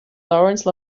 lawrence